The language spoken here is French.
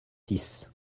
six